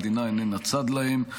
המדינה איננה צד להם,